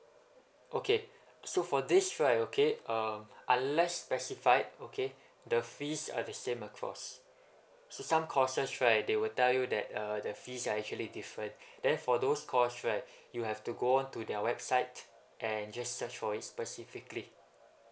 okay so for this right okay um unless specified okay the fees are the same across so some courses right they will tell you that uh their fees are actually different that's for those course right you have to go on to their website and just search for it specifically